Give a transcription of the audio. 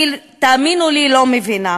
אני, תאמינו לי, לא מבינה.